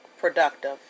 productive